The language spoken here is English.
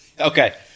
Okay